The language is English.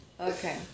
Okay